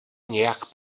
nějak